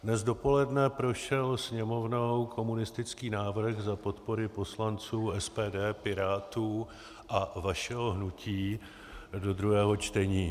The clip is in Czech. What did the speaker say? Dnes dopoledne prošel Sněmovnou komunistický návrh za podpory poslanců SPD, Pirátů a vašeho hnutí do druhého čtení.